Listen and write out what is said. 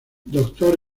doctor